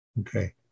Okay